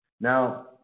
Now